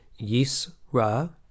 Yisra